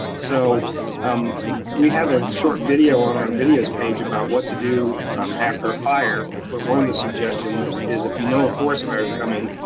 so we have a short video on our videos page about what to do um after a fire, but one of the suggestions is if you know a forest fire's coming,